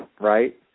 right